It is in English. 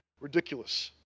ridiculous